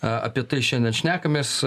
a apie tai šiandien šnekamės